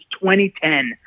2010